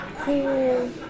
cool